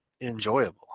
enjoyable